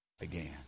again